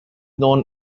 known